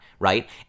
right